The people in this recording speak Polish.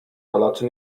palacze